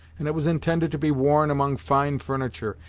and it was intended to be worn among fine furniture,